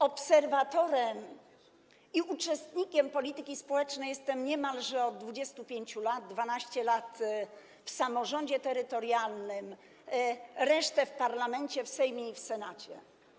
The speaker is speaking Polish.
Obserwatorem i uczestnikiem polityki społecznej jestem niemalże od 25 lat: 12 lat w samorządzie terytorialnym, reszta w parlamencie, w Sejmie i Senacie.